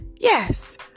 Yes